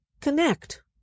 connect